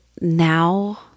now